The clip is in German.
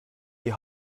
die